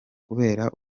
kubera